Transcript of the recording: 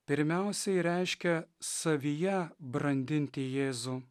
pirmiausiai reiškia savyje brandinti jėzų